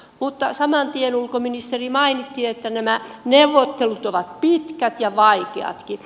mutta saman tien ministeri mainitsi että nämä neuvottelut ovat pitkät ja vaikeatkin